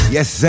Yes